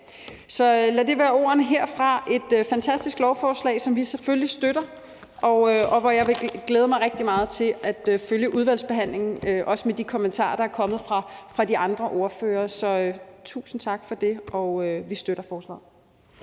ud. Lad det være ordene herfra. Det er et fantastisk lovforslag, som vi selvfølgelig støtter, og jeg vil glæde mig rigtig meget til at følge udvalgsbehandlingen, også med de kommentarer, der er kommet fra de andre ordførere. Så tusind tak for det. Vi støtter forslaget.